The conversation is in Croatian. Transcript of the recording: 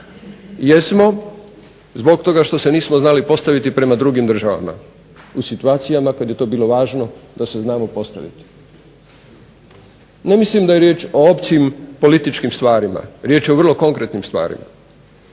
jesmo zbog toga što se nismo znali postaviti prema drugim državama u situacijama kad je to bilo važno da se znamo postaviti. Ne mislim da je riječ o općim političkim stvarima, riječ je o vrlo konkretnim stvarima.